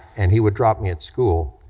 and he would drop me at school,